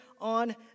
on